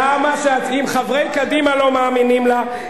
למה אתם פוחדים מציפי לבני?